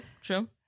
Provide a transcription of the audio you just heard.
True